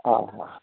हा हा